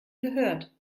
gehört